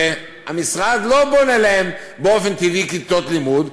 שהמשרד לא בונה להן באופן טבעי כיתות לימוד.